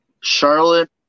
Charlotte